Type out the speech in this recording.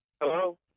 Hello